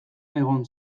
egon